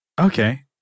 okay